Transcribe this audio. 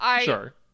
Sure